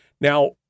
Now